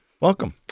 Welcome